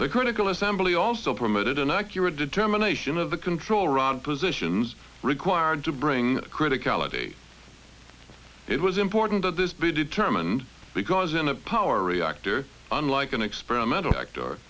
the critical assembly also permitted an accurate determination of the control rods positions required to bring critic ality it was important that this be determined because in a power reactor unlike an experimental fact or